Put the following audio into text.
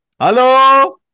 Hello